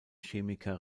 chemiker